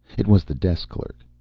it was the desk clerk.